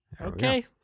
okay